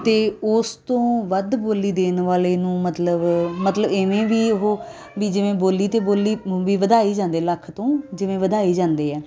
ਅਤੇ ਉਸ ਤੋਂ ਵੱਧ ਬੋਲੀ ਦੇਣ ਵਾਲੇ ਨੂੰ ਮਤਲਬ ਮਤਲਬ ਇਵੇਂ ਵੀ ਉਹ ਵੀ ਜਿਵੇਂ ਬੋਲੀ 'ਤੇ ਬੋਲੀ ਨੂੰ ਵੀ ਵਧਾਈ ਜਾਂਦੇ ਲੱਖ ਤੋਂ ਜਿਵੇਂ ਵਧਾਈ ਜਾਂਦੇ ਆ